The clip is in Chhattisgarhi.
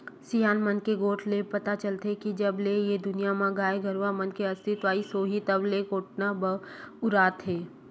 सियान मन के गोठ बात ले पता चलथे के जब ले ए दुनिया म गाय गरुवा मन के अस्तित्व आइस होही तब ले कोटना बउरात हे